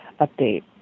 update